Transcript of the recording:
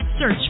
Search